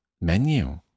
menu